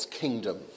kingdom